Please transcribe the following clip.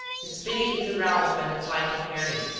his pity is aroused by the plight of mary,